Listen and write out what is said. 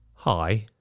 Hi